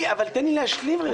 אבל תן לי להשלים, רגע.